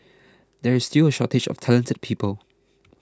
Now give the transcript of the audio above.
there is still a shortage of talented people